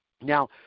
Now